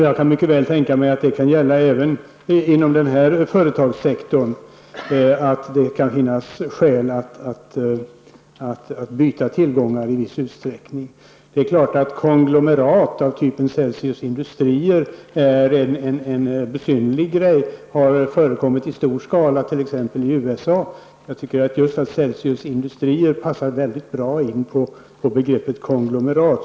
Jag kan mycket väl tänka mig att det även inom den här företagssektorn kan finnas skäl att i viss utsträckning byta tillgångar. Det är klart att ett konglomerat av typ Celsius Industrier är en besynnerlig sak. Det förekommer i stor skala i exempelvis USA. Jag tycker att Celsius Industrier AB passar bra in på begreppet konglomerat.